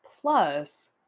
plus